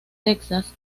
texas